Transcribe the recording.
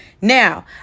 Now